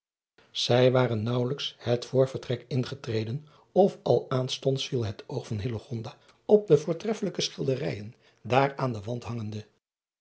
ij waren naauwelijks het voorvertrek ingetreden of al aanstonds viel het oog van op de voortreffelijke schilderijen daar aan den wand hangende